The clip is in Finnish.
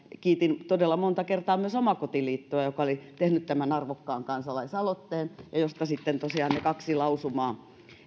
kiitin todella monta kertaa myös omakotiliittoa joka oli tehnyt tämän arvokkaan kansalaisaloitteen josta sitten tosiaan kaksi lausumaa